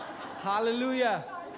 Hallelujah